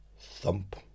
thump